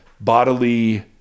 bodily